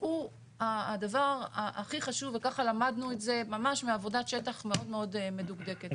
הוא הדבר הכי חשוב וככה למדנו את זה ממש מעבודת שטח מאוד מאוד מדוקדקת.